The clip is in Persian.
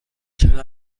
چرا